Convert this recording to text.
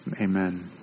Amen